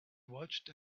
watched